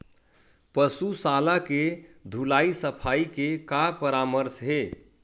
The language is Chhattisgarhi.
पशु शाला के धुलाई सफाई के का परामर्श हे?